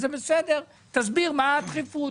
זה בסדר, תסביר מה הדחיפות.